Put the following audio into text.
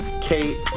Kate